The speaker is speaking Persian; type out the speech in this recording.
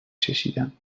چشیدم